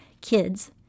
kids